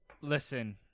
listen